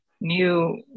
new